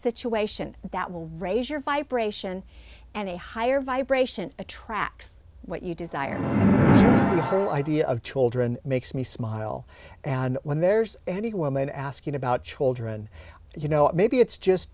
situation that will raise your vibration and a higher vibration attracts what you desire her idea of children makes me smile and when there's any woman asking about children you know maybe it's just